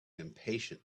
impatient